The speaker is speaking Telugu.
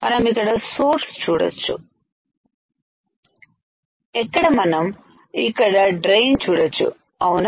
మనం ఇక్కడ సోర్స్ చూడొచ్చు ఎక్కడ మనం ఇక్కడ డ్రైన్ చూడొచ్చు అవునా